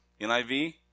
NIV